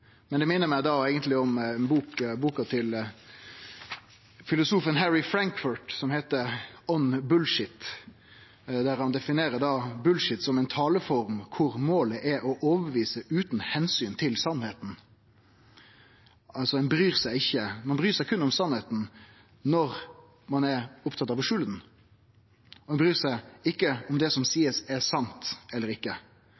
Men det minner meg om ei bok av filosofen Harry Frankfurt, som heiter «On Bullshit», der han definerer «bullshit» som ei taleform der målet er å overtyde utan omsyn til sanninga. Ein bryr seg berre om sanninga når ein er opptatt av å skjule ho. Ein bryr seg ikkje om det som